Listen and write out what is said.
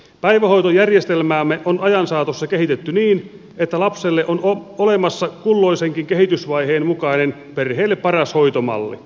päivähoitojärjestelmäämme on ajan saatossa kehitetty niin että lapselle on olemassa kulloisenkin kehitysvaiheen mukainen perheelle paras hoitomalli